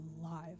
alive